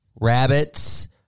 Rabbits